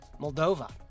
Moldova